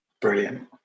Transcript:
Brilliant